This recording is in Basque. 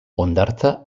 hondartza